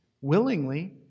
willingly